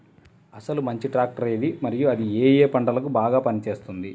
అసలు మంచి ట్రాక్టర్ ఏది మరియు అది ఏ ఏ పంటలకు బాగా పని చేస్తుంది?